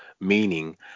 meaning